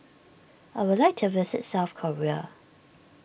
I would like to visit South Korea